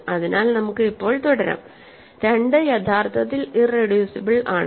അതിനാൽ നമുക്ക് ഇപ്പോൾ തുടരാം 2 യഥാർത്ഥത്തിൽ ഇറെഡ്യൂസിബിൾ ആണ്